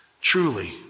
truly